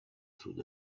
through